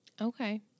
Okay